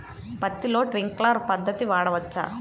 పత్తిలో ట్వింక్లర్ పద్ధతి వాడవచ్చా?